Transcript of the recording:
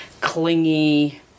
clingy